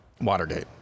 Watergate